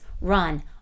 run